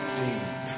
deep